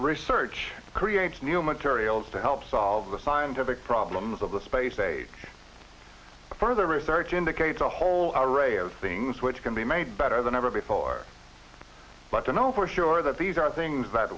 research creates new materials to help solve the scientific problems of the space age further research indicates a whole array of things which can be made better than ever before but i know for sure that these are things that